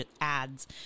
ads